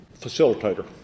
facilitator